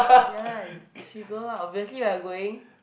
ya lah you should go lah obviously you're going